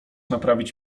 naprawić